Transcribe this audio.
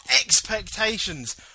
expectations